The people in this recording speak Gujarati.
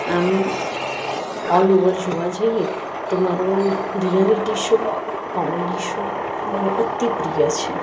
આમ ઓલઓવર જોવા જઈએ તો મારું રિયાલિટી શો કોમેડી શો મારો અતિપ્રિય છે